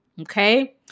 Okay